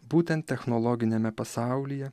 būtent technologiniame pasaulyje